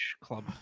club